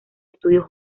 estudios